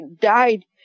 died